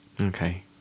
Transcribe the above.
okay